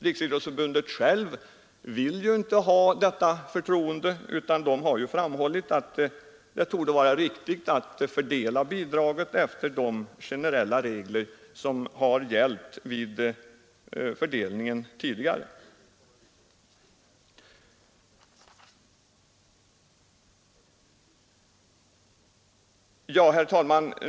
Riksidrottsförbundet vill ju inte ha detta förtroende, utan förbundet har framhållit det torde vara riktigare att fördela bidraget enligt de generella regler som tidigare har gällt. Herr talman!